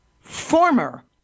former